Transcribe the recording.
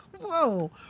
Whoa